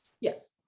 Yes